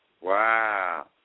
Wow